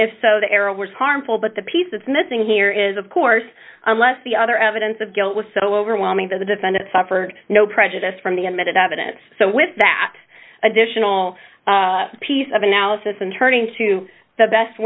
if so the era was harmful but the piece that's missing here is of course unless the other evidence of guilt was so overwhelming that the defendant suffered no prejudice from the admitted evidence so with that additional piece of analysis and turning to the best